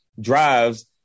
drives